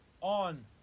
on